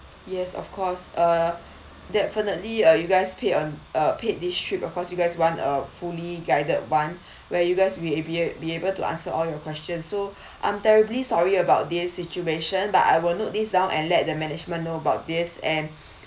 yes of course uh definitely uh you guys pay on uh paid this trip of course you guys want a fully guided one where you guys will be a~ be able to answer all your questions so I'm terribly sorry about this situation but I will note this down and let the management know about this and